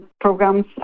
programs